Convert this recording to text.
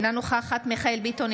אינה נוכחת מיכאל מרדכי ביטון,